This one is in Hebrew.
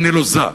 הנלוזה,